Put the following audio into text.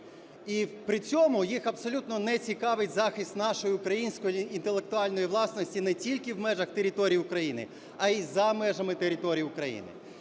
І при цьому їх абсолютно не цікавить захист нашої, української, інтелектуальної власності не тільки в межах території України, а й за межами території України.